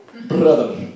Brother